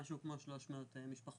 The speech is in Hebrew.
משהו כמו 300 משפחות.